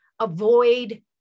avoid